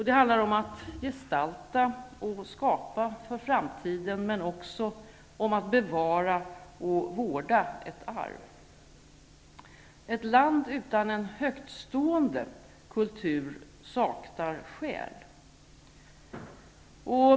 Det handlar om att gestalta och skapa för framtiden, men också om att bevara och vårda ett arv. Ett land utan en högtstående kultur saknar själ.